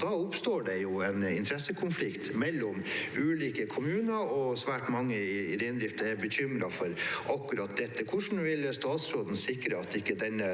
Da oppstår det en interessekonflikt mellom ulike kommuner, og svært mange i reindriften er bekymret for akkurat dette. Hvordan vil statsråden sikre at ikke denne